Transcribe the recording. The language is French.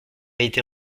été